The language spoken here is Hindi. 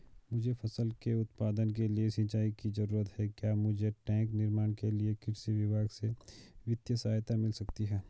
मुझे फसल के उत्पादन के लिए सिंचाई की जरूरत है क्या मुझे टैंक निर्माण के लिए कृषि विभाग से वित्तीय सहायता मिल सकती है?